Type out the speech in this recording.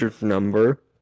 number